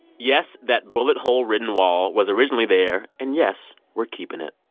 yes, that bullet hole-ridden wall was originally there, and yes, we're keeping it.